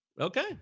Okay